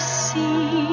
see